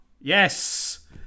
Yes